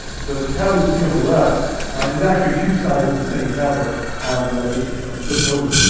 the the tablet you see on the left is actually two sides of the same tablet that i've just flipped over,